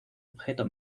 objeto